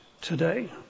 today